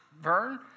Vern